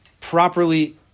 properly